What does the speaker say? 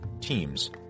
teams